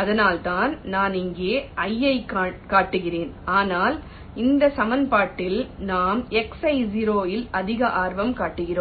அதனால்தான் நான் இங்கே 0 ஐக் காட்டுகிறேன் ஆனால் இந்த சமன்பாட்டில் நாம் xi0 இல் அதிக ஆர்வம் காட்டுகிறோம்